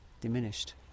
diminished